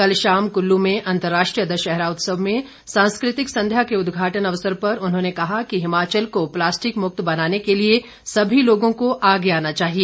कल शाम कुल्लू में अंतर्राष्ट्रीय दशहरा उत्सव में सांस्कृतिक संध्या के उद्घाटन अवसर पर उन्होंने कहा कि हिमाचल को प्लास्टिक मुक्त बनाने के लिए सभी लोगों को आगे आना चाहिए